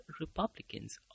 Republicans